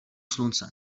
slunce